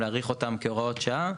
להאריך אותם כהוראות שעה.